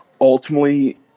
ultimately